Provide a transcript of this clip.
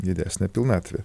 didesnė pilnatvė